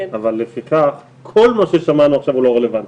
אבל לפיכך כל מה ששמענו עכשיו הוא לא רלוונטי.